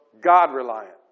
God-reliant